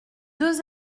deux